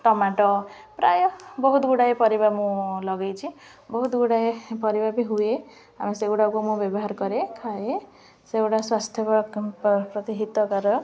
tomato ପ୍ରାୟ ବହୁତଗୁଡ଼ାଏ ପରିବା ମୁଁ ଲଗେଇଛି ବହୁତଗୁଡ଼ାଏ ପରିବା ବି ହୁଏ ଆମେ ସେଗୁଡ଼ାକୁ ମୁଁ ବ୍ୟବହାର କରେ ଖାଏ ସେଗୁଡ଼ା ସ୍ୱାସ୍ଥ୍ୟ ପ୍ରତି ହିତକାର